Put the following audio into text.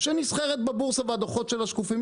שנסחרת בבורסה והדוחות שלה שקופים,